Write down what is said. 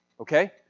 Okay